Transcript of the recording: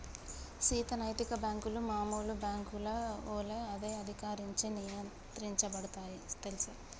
సీత నైతిక బాంకులు మామూలు బాంకుల ఒలే అదే అధికారంచే నియంత్రించబడుతాయి తెల్సా